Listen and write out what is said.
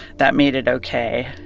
that made it ok